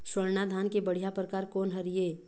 स्वर्णा धान के बढ़िया परकार कोन हर ये?